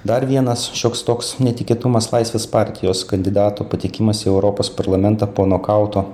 dar vienas šioks toks netikėtumas laisvės partijos kandidato patekimas į europos parlamentą po nokauto